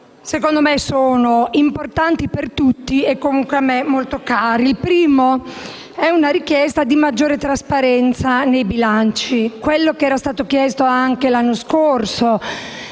secondo me, sono importanti per tutti e comunque a me molto cari. Il primo è una richiesta di maggiore trasparenza nei bilanci, era stata avanzata anche l'anno scorso